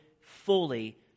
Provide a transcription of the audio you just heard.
fully